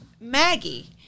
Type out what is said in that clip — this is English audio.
Maggie